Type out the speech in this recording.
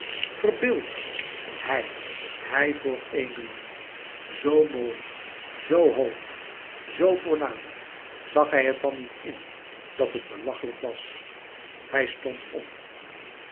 verbeeld je hij hij voor louis couperus metamorfoze emilie zoo mooi zoo hoog zoo voornaam zag hij het dan niet in dat het belachelijk wàs hij stond op